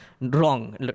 wrong